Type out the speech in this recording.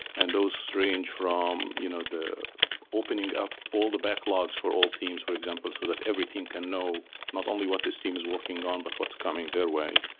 and those range from you know the opening up all the backlogs for all teams, for example, so that every team can know not only what this team is working on, but what's coming their way.